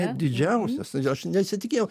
didžiausias aš nesitikėjau